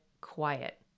quiet